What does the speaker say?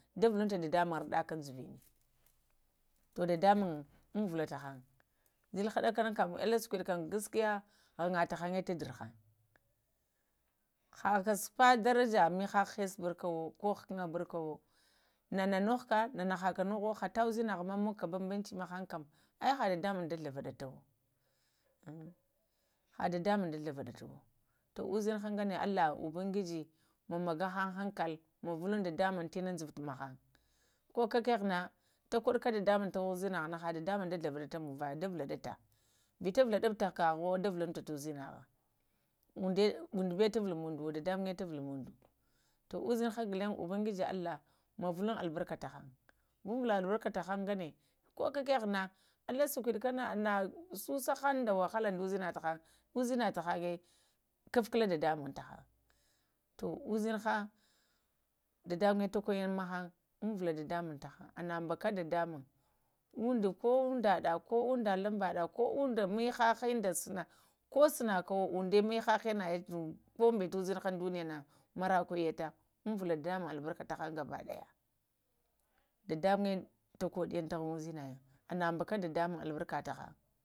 Ɗavuluntə dədəmuŋ əeɗəkən juvənə to dədəmuŋm unvuva təhən, zəlhə ɗəkənənən kəm ələ shəkudə kəm gaskiya ghnyə təhəŋə tə dəryki həkə supə daraja nuhəhə hisa ɓurka əwe ko həkənə ɓarkəwo, nənə nuhukə nənə həkə nuhuwo hətə uzhinhakə həkə nuhuwo to mogoka banbanci məhəŋna kəm əɓ hə dədəmuŋm da ghlavaɗətawo x2, uzinhə gənə allah ubangiji mən məjo həŋ hakal mən vuluŋ dədəmuŋm dnən dzəvo to mahaŋ, ko kəkhə na təkoɗukə dədəmuŋ təhəŋ uzimahə nə də vuɗələtə, vita valuba to kəvuni ta vuluntə to uzinha kəhə undo bawo tuvulŋ mundoyo dədəmuŋ m tavaluŋ mondu, to uzə inhə ghulaŋe allah mən vulun albarka takəŋn vunvula arbə təhən ko kəkəghza nə ələ sakudikənə nə susahag da wahala da ushinhə ta hən kufkula dadəmuŋm təhəŋ to ushinhə dədəmuŋmə tokoyin məhəŋ, unvuladadəm tahən ana ɓakkə dədəmung undo ko undaɗa, ko unda lambəɗa undə mihayin də sanə, ko sənə kwo undo mihəyə nə yəta koɓəta uzanhə undayanə, mar akwo yətə unvulə dədəmuŋn albarka kəhəŋ gabəɗəya, dədəmoŋ toko dugin uzəinayin ənə bəka dədam